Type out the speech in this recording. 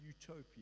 utopia